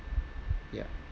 ya